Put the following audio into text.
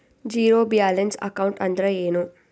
Zero balance account ಅಂದ್ರ ಏನು?